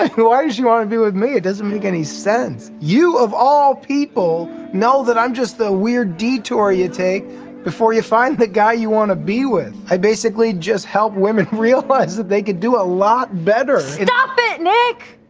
ah who are you? are you with me? it doesn't make any sense. you of all people know that i'm just the weird detour you take before you find the guy you want to be with. i basically just help women realize that they could do. a lot better not bad neck